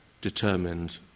determined